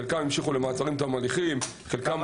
חלקם המשיכו למעצרים עד תום הליכים וחלקם